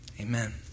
Amen